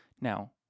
Now